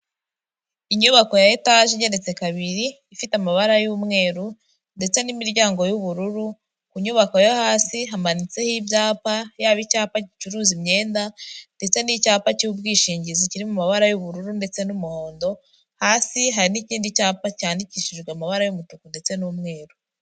Inyubako ya etaje igeretse kabiri ifite amabara y'umweru ndetse n'imiryango y'ubururu, ku nyubako yo hasi hamanitseho ibyapa, yaba icyapa gicuruza imyenda ndetse n'icyapa cy'ubwishingizi kiri mu mabara y'ubururu ndetse n'umuhondo, hasi hari n'ikindi cyapa cyandikishijwe amabara y'umutuku ndetse n'umweru.